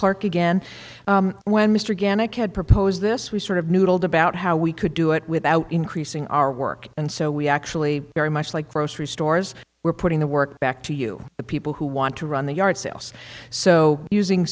clerk again when mr gana could propose this we sort of noodled about how we could do it without increasing our work and so we actually very much like grocery stores we're putting the work back to you the people who want to run the yard sales so using